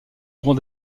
droit